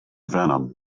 venom